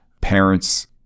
parents